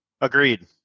Agreed